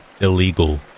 illegal